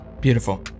Beautiful